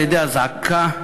על-ידי אזעקה,